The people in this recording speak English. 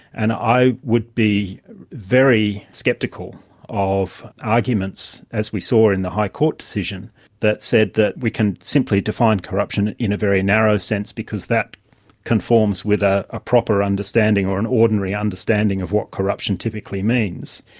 and i would be very sceptical of arguments as we saw in the high court decision that said that we can simply define corruption in a very narrow sense because that conforms with ah a proper understanding or an ordinary understanding of what corruption typically means,